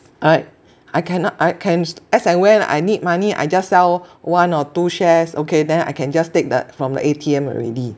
I I cannot I can as and when I need money I just sell one or two shares okay then I can just take that from the A_T_M already